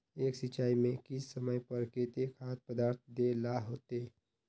एक सिंचाई में किस समय पर केते खाद पदार्थ दे ला होते?